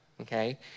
okay